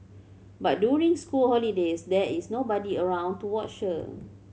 but during school holidays there is nobody around to watch her